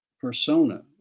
Persona